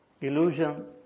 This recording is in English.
illusion